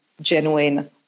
genuine